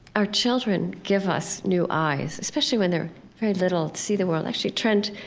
our children give us new eyes, especially when they're very little, to see the world. actually trent,